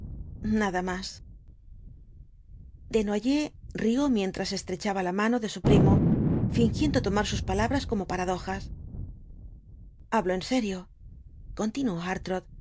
nada más desnoyers rió mientras estrechaba la mano de su primo fingiendo tomar sus palabras como paradojas hablo en serio continuó